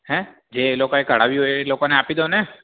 હેં જે એ લોકોએ કઢાવ્યું હોય એ એ લોકોને આપી દો ને